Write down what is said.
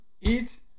eat